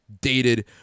dated